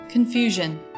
Confusion